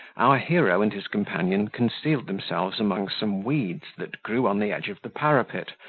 our hero and his companion concealed themselves among some weeds, that grew on the edge of the parapet,